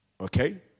Okay